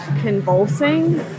convulsing